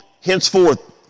henceforth